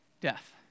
death